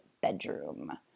bedroom